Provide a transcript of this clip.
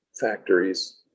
factories